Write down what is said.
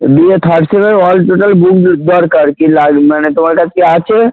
BA third সেমের all total বইয়ের দরকার কি লাগবে মানে তোমার কাছে কি আছে